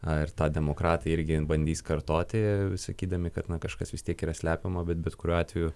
ar tą demokratai irgi bandys kartoti sakydami kad na kažkas vis tiek yra slepiama bet bet kuriuo atveju